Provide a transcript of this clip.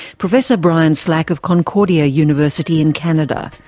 professor brian slack of concordia university in canada.